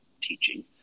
teaching